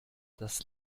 das